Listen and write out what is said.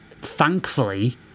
thankfully